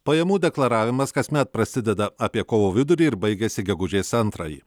pajamų deklaravimas kasmet prasideda apie kovo vidurį ir baigiasi gegužės antrąjį